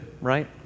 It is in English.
right